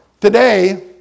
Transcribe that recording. today